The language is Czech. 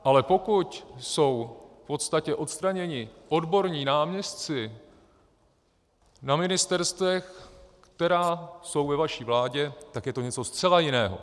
Ale pokud jsou v podstatě odstraněni odborní náměstci na ministerstvech, která jsou ve vaší vládě, tak je to něco zcela jiného.